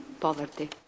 poverty